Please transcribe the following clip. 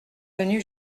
venu